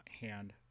hand